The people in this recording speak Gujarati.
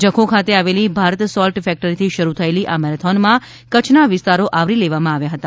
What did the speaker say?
જખૌ ખાતે આવેલી ભારત સોલ્ટ ફેક્ટરીથી શરૂ થયેલી આ મેરેથોનમાં કચ્છના વિસ્તારો આવરી લેવામાં આવ્યા છે